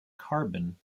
carbon